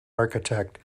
architect